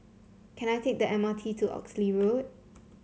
can I take the M R T to Oxley Road